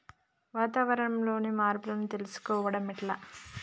వాతావరణంలో మార్పులను తెలుసుకోవడం ఎట్ల?